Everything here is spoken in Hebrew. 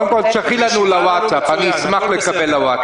תשלחו לנו לוואטסאפ, אני אשמח לקבל לוואטסאפ.